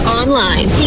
online